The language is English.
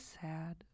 sad